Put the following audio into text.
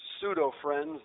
pseudo-friends